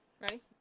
ready